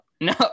No